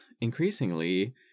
increasingly